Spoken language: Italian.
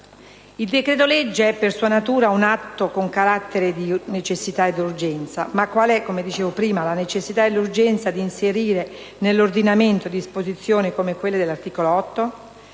Il decreto-legge è, per sua natura, un atto con carattere di necessità ed urgenza. Ma qual è - come ho detto prima - la necessità e l'urgenza di inserire nell'ordinamento disposizioni come quelle di cui all'articolo 8?